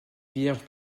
vierges